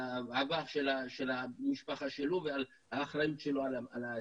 העבר של המשפחה שלו ועל האחריות שלו על העתיד.